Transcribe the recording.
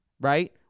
right